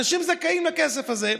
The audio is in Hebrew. אנשים שזכאים לכסף הזה.